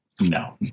No